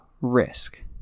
Risk